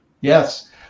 Yes